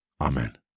Amen